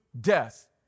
death